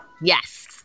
Yes